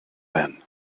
then